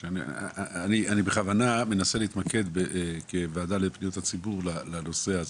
אני בכוונה מנסה להתמקד כוועדה לפניות הציבור לנושא הזה.